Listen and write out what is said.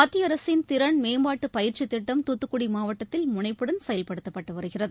மத்தியஅரசின் திறன் மேம்பாட்டுப் பயிற்சித் திட்டம் தூத்துக்குடிமாவட்டத்தில் முனைப்புடன் செயல்படுத்தப்பட்டுவருகிறது